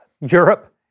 Europe